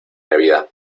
navidad